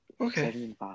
Okay